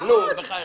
נכון.